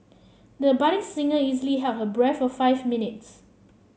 the budding singer easily held her breath for five minutes